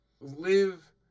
Live